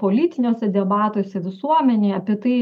politiniuose debatuose visuomenėje apie tai